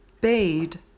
Bade